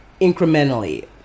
incrementally